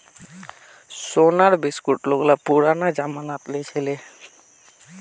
सोनार बिस्कुट लोग पुरना जमानात लीछीले